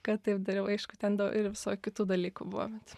kad taip dariau aišku ten dau ir visokių kitų dalykų buvo bet